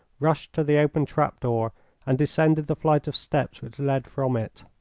rushed to the open trap-door and descended the flight of steps which led from it.